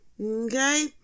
Okay